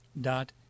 dot